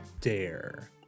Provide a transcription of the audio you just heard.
dare